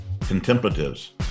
contemplatives